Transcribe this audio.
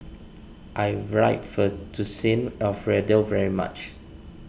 I would like Fettuccine Alfredo very much